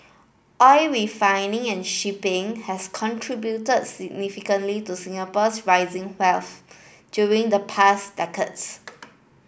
oil refining and shipping has contributed significantly to Singapore's rising wealth during the past decades